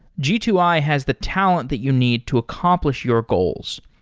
g two i has the talent that you need to accomplish your goals.